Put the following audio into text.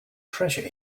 treasure